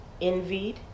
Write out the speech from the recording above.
envied